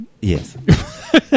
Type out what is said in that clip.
Yes